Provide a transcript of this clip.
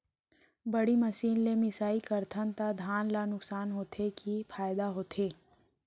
बड़ी मशीन ले मिसाई करथन त धान ल नुकसान होथे की फायदा होथे?